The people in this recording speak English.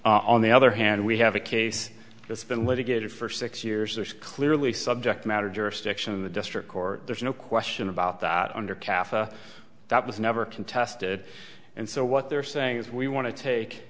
shall on the other hand we have a case that's been litigated for six years there's clearly subject matter jurisdiction of the district court there's no question about that under cafe that was never contested and so what they're saying is we want to take